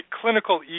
clinical